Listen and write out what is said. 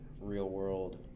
real-world